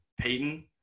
Peyton